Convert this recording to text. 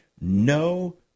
no